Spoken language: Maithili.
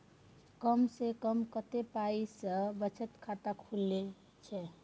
कम से कम कत्ते पाई सं बचत खाता खुले छै?